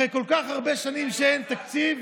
אחרי כל כך הרבה שנים שאין תקציב.